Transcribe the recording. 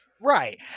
right